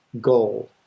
gold